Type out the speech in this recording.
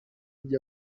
ujya